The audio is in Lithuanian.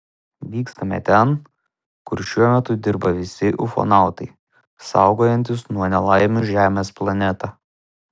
vykstame ten kur šiuo metu dirba visi ufonautai saugojantys nuo nelaimių žemės planetą